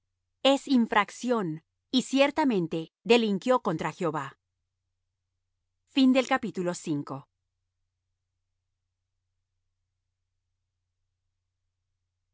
es infracción y ciertamente delinquió contra jehová